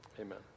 Amen